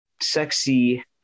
sexy